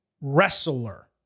wrestler